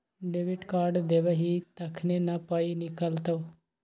debit card देबही तखने न पाइ निकलतौ